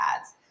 ads